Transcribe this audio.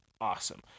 awesome